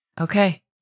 Okay